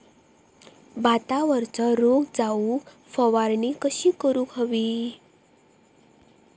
भातावरचो रोग जाऊक फवारणी कशी करूक हवी?